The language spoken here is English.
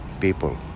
people